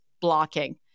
blocking